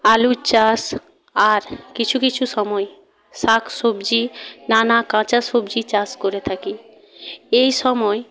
আলুর চাষ আর কিছু কিছু সময়ে শাক সবজি নানা কাঁচা সবজি চাষ করে থাকি এই সময়